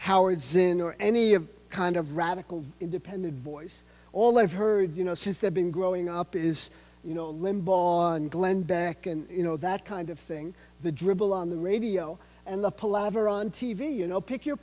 howard zinn or any of kind of radical independent voice all i've heard you know since they've been growing up is you know limbaugh and glenn beck and you know that kind of thing the dribble on the radio and the pullout of iran t v you know pick your